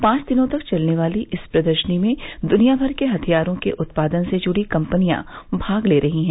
पांच दिनों तक चलने वाली इस प्रदर्शनी में दुनिया भर के हथियारो के उत्पादन से जुड़ी कम्पनियां भाग ले रही हैं